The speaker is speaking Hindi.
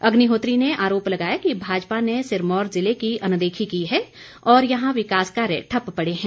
अग्निहोत्री ने आरोप लगाया कि भाजपा ने सिरमौर जिले की अनदेखी की है और यहां विकास कार्य ठप्प पड़े हैं